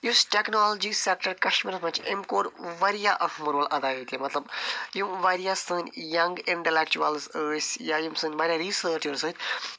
یُس technology sector کشمیٖرس منٛز چھِ أمۍ کوٚر واریاہ اہم رول ادا ییٚتہِ یہِ مطلب یِم واریاہ سٲنۍ ینٛگ اِنٹَلٮ۪کچُوَلٕز ٲسۍ یا یِم سٲنۍ واریاہ ریٖسٲرچٲرٕس